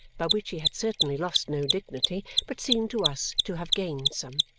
by which he had certainly lost no dignity but seemed to us to have gained some.